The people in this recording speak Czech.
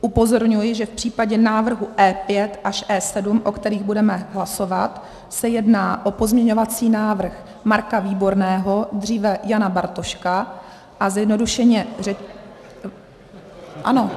Upozorňuji, že v případě návrhu E5 až E7, o kterých budeme hlasovat, se jedná o pozměňovací návrh Marka Výborného, dříve Jana Bartoška, a zjednodušeně řečeno ano.